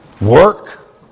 work